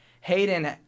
Hayden